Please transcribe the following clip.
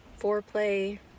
foreplay